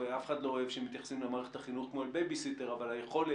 אף אחד לא אוהב שמתייחסים למערכת החינוך כמו אל בייביסיטר אבל היכולת